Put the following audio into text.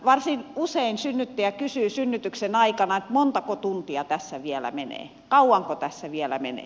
varsin usein synnyttäjä kysyy synnytyksen aikana että montako tuntia tässä vielä menee kauanko tässä vielä menee